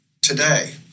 Today